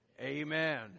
Amen